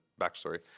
backstory